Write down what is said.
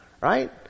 right